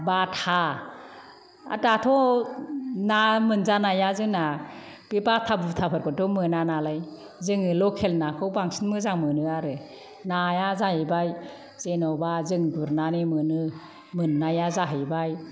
बाथा आर दाथ' ना मोनजानाया जोंना बे बाथा बुथाफोरखौथ' मोना नालाय जोङो लखेल नाखौ बांसिन मोजां मोनो आरो नाया जाहैबाय जेन'बा जोङो गुरनानै मोनो मोननाया जाहैबाय